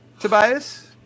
Tobias